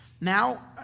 Now